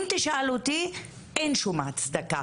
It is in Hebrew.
אם תשאל אותי, אין שום הצדקה.